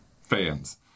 fans